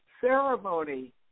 Ceremony